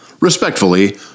Respectfully